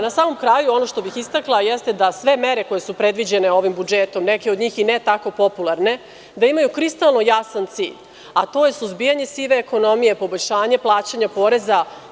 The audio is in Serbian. Na samom kraju ono što bih istakla jeste da sve mere koje su predviđene ovim budžetom, neke od njih i ne tako popularne, da imaju kristalno jasan cilj, a to je suzbijanje sive ekonomije, poboljšanje plaćanja poreza.